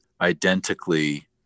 identically